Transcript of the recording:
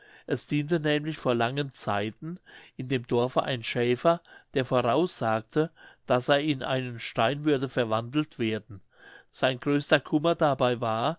es diente nämlich vor langen zeiten in dem dorfe ein schäfer der voraussagte daß er in einen stein würde verwandelt werden sein größter kummer dabei war